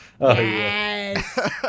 yes